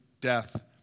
death